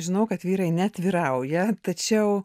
žinau kad vyrai neatvirauja tačiau